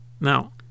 Now